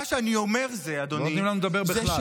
מה שאני אומר, אדוני לא נותנים לנו לדבר בכלל.